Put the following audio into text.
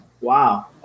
Wow